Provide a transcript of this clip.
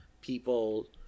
people